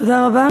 תודה רבה.